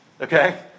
okay